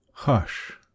Hush